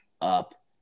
up